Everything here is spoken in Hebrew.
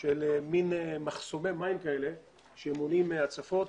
של מעין מחסומי מים שמונעים הצפות.